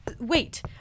Wait